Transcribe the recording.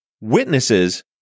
witnesses